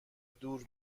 دور